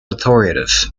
authoritative